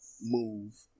MOVE